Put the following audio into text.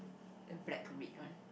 the black red one